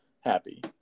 happy